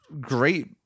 great